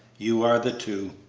you are the two.